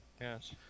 Yes